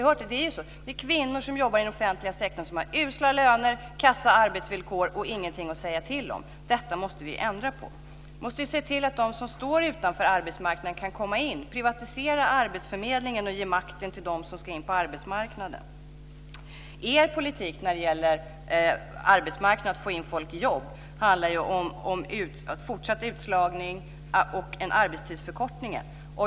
Det är kvinnor som jobbar inom den offentliga sektorn som har usla löner, kassa arbetsvillkor och ingenting att säga till om. Detta måste vi ändra på. Vi måste se till att de som står utanför arbetsmarknaden kan komma in. Privatisera arbetsförmedlingen och ge makten till de som ska in på arbetsmarknaden! Er politik när det gäller arbetsmarknaden och för att få folk i jobb handlar om fortsatt utslagning och arbetstidsförkortning.